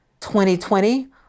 2020